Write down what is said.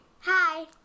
Hi